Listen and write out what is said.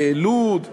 לוד,